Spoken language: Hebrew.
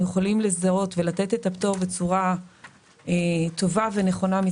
יכולים לזהות אותם ולתת להם את הפטור הנכון והמתאים,